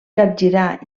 capgirar